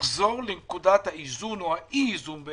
לחזור לנקודת האי-איזון שבה